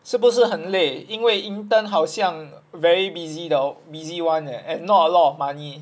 是不是很累因为 intern 好像 very busy 的 busy [one] leh and not a lot of money